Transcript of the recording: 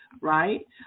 right